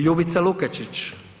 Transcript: Ljubica Lukačić.